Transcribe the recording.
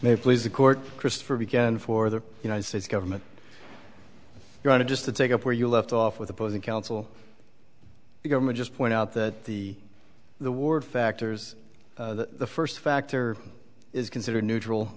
may please the court christopher began for the united states government going to just to take up where you left off with opposing counsel the government just point out that the the ward factors first factor is considered neutral